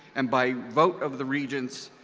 and by vote of the regents,